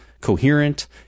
coherent